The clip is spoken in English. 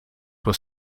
were